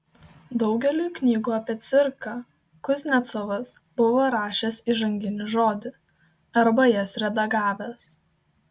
daugeliui knygų apie cirką kuznecovas buvo rašęs įžanginį žodį arba jas redagavęs